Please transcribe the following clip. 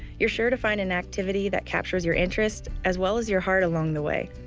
you're sure to find an activity that captures your interests as well as your heart along the way.